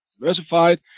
diversified